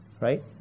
Right